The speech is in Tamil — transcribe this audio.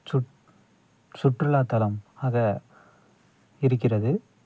சுட் சுற்றுலாத்தலம் ஆக இருக்கிறது